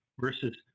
versus